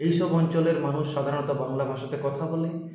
এইসব অঞ্চলের মানুষ সাধারণত বাংলা ভাষাতে কথা বলে